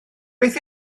beth